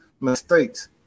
mistakes